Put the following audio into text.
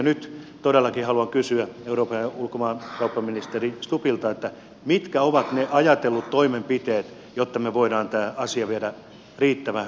nyt todellakin haluan kysyä eurooppa ja ulkomaankauppaministeri stubbilta mitkä ovat ne ajatellut toimenpiteet jotta me voimme tämän asian viedä riittävän hyvään päätöksentekoon